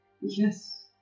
Yes